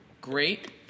Great